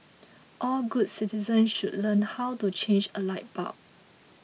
all good citizens should learn how to change a light bulb